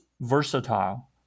versatile